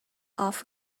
off